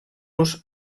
los